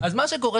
קודם כול,